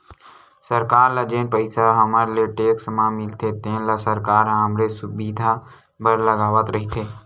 सरकार ल जेन पइसा हमर ले टेक्स म मिलथे तेन ल सरकार ह हमरे सुबिधा बर लगावत रइथे